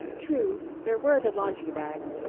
true, there were the laundry-bags,